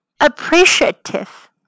Appreciative